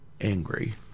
angry